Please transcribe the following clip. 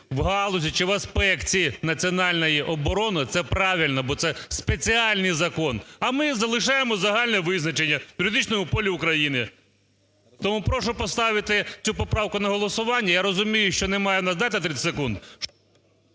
в галузі чи в аспекті національної оборони – це правильно, бо це спеціальний закон. А ми залишаємо загальне визначення в юридичному полі України. Тому прошу поставити цю поправку на голосування. Я розумію, що немає… Додайте 30 секунд.